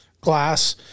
glass